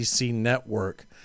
Network